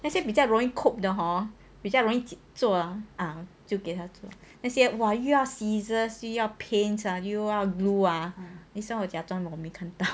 那些比较容易 cope the hor 比较容易做就给他做那些 !wah! 又要 scissors 又要 paint 又要 glue ah 那些我假装没有看到